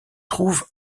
trouve